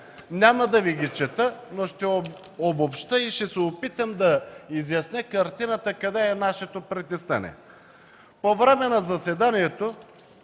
Няма да Ви ги чета, но ще ги обобщя и ще се опитам да изясня картината, къде е нашето притеснение.